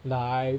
来